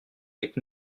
avec